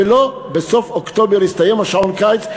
ולא בסוף אוקטובר יסתיים שעון הקיץ,